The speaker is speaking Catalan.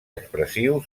expressiu